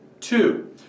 two